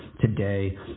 today